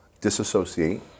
disassociate